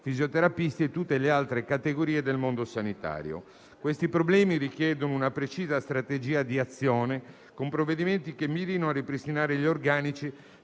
fisioterapisti e tutte le altre categorie del mondo sanitario. Questi problemi richiedono una precisa strategia di azione con provvedimenti che mirino a ripristinare gli organici